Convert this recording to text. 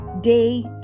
Day